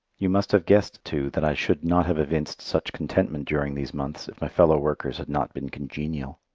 you must have guessed, too, that i should not have evinced such contentment during these months if my fellow workers had not been congenial.